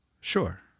Sure